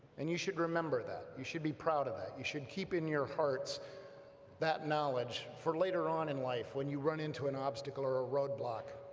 and you should remember that, you should be proud of that, you should keep in your hearts that knowledge for later on in life when you run into an obstacle or a roadblock.